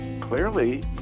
clearly